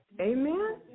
Amen